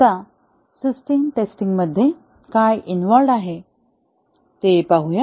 आता सिस्टम टेस्टिंगमध्ये काय इन्व्हॉल्व्हड आहे ते पाहूया